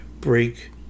break